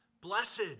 Blessed